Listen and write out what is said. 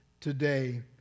today